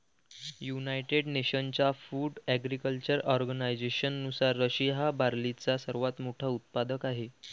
United नेशन्सच्या food agriculture ऑर्गनायझेशननुसार, Russia हा बार्लीचा सर्वात मोठा उत्पादक आहे